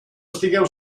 estigueu